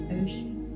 ocean